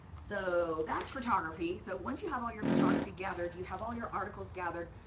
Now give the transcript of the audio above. so that's photography. so once you have all your photography gathered, you have all your articles gathered,